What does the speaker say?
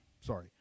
Sorry